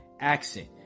accent